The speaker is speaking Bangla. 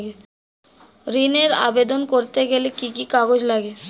ঋণের আবেদন করতে গেলে কি কি কাগজ লাগে?